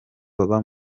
baba